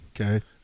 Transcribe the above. Okay